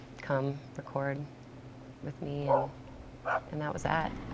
come record with me. and and that was that.